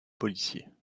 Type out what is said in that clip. policiers